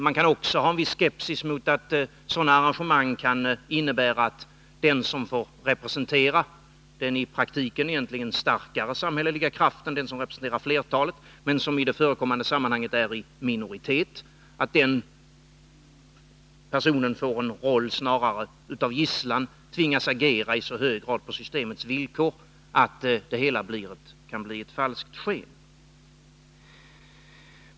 Man kan också ha en viss skepsis mot att sådana arrangemang kan innebära att den som får representera — den i praktiken egentligen starkare samhälleliga kraften som representerar flertalet — i det förekommande fallet är i minoritet. Denna person får en roll snarare av gisslan och tvingas agera i så hög grad på systemets villkor att det hela kan bli ett falskt sken.